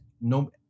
no